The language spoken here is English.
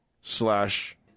slash